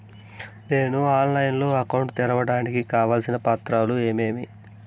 నేను ఆన్లైన్ లో అకౌంట్ తెరవడానికి కావాల్సిన పత్రాలు ఏమేమి?